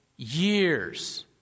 years